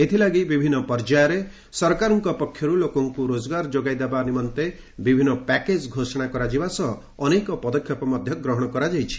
ଏଥିଲାଗି ବିଭିନ୍ନ ପର୍ଯ୍ୟାୟରେ ସରକାରଙ୍କ ପକ୍ଷରୁ ଲୋକଙ୍କୁ ରୋଜଗାର ଯୋଗାଇ ଦେବା ନିମନ୍ତେ ବିଭିନ୍ନ ପ୍ୟାକେଜ୍ ଘୋଷଣା କରାଯିବା ସହ ଅନେକ ପଦକ୍ଷେପ ଗ୍ରହଣ କରାଯାଇଛି